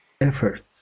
effort